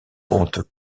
compte